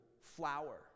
flower